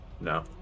No